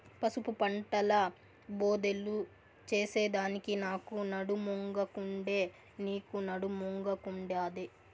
పసుపు పంటల బోదెలు చేసెదానికి నాకు నడుమొంగకుండే, నీకూ నడుమొంగకుండాదే